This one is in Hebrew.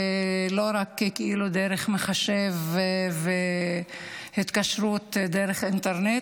ולא רק דרך מחשב והתקשרות דרך אינטרנט.